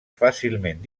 fàcilment